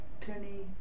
Tony